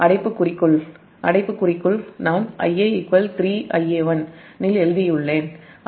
அடைப்புக்குறிக்குள் நான் Ia 3 Ia1 எழுதியுள்ளேன்